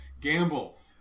Gamble